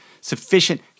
sufficient